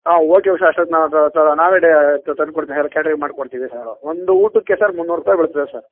ಆಂ okay sir ಅಷ್ಟೊತ್ತು ನಾವೇ ತಂದು ಕೊಡ್ತೀವಿ ಕ್ಯಾಟರಿಂಗ್ ಮಾಡಿ ಕೊಡ್ತೀವಿ ಸರ್ ಒಂದು ಊಟಕ್ಕೆ ಸರ್ ಮುನ್ನೂರು ರೂಪಾಯಿ ಬೀಳ್ತದೆ ಸರ್